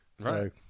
Right